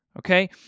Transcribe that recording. okay